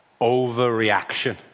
Overreaction